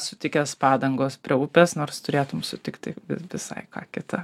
sutikęs padangos prie upės nors turėtum sutikti visai ką kitą